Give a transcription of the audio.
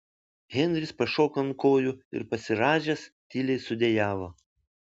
henris pašoko ant kojų ir pasirąžęs tyliai sudejavo